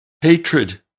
Hatred